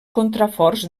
contraforts